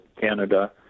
Canada